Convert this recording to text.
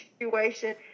situation